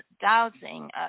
dowsing